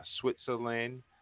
Switzerland